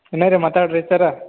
ಏನಾರೂ ಮಾತಾಡಿರಿ ಸರ್ರ